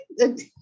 Okay